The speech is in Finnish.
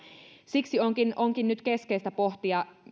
siksi onkin onkin nyt keskeistä pohtia